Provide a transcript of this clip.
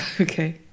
Okay